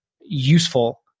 useful